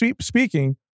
speaking